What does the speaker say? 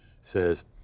says